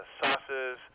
sauces